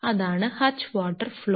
അതാണ് ഹച്ച് water flow